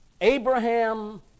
Abraham